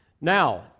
now